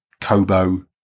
Kobo